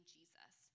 Jesus